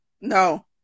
No